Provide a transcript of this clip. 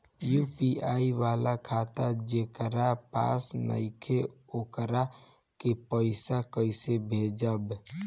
UPI वाला खाता जेकरा पास नईखे वोकरा के पईसा कैसे भेजब?